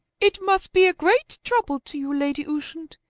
it must be a great trouble to you, lady ushant,